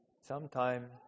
sometime